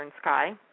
sky